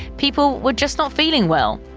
people were just not feeling well.